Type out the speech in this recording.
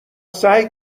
سعی